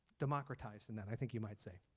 democratized than that, i think you might say.